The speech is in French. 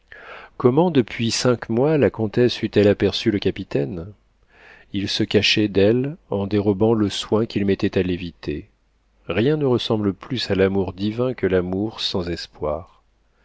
comment depuis cinq mois la comtesse eût-elle aperçu le capitaine il se cachait d'elle en dérobant le soin qu'il mettait à l'éviter rien ne ressemble plus à l'amour divin que l'amour sans espoir